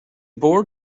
board